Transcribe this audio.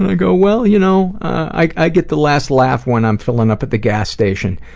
ah go, well, you know, i'd get the last laugh when i'm filling up at the gas station.